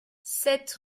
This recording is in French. sept